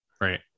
right